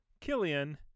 Killian